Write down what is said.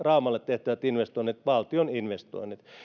raumalle tehtävät investoinnit valtion investoinnit